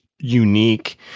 unique